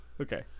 Okay